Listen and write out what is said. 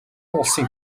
улсын